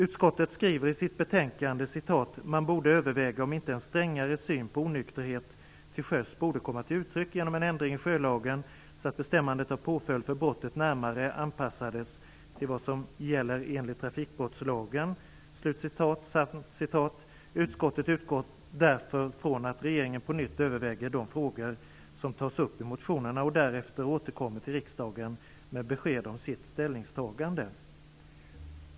Utskottet skriver i sitt betänkande: "...man borde överväga om inte en strängare syn på onykterhet till sjöss borde komma till uttryck genom en ändring i sjölagen så att bestämmandet av påföljd för brottet närmare anpassades till vad som gäller enligt trafikbrottslagen", samt: "Utskottet utgår därför från att regeringen på nytt överväger de frågor som tas upp i motionerna och därefter återkommer till riksdagen med besked om sitt ställningstagande."